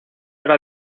era